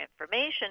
information